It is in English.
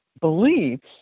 beliefs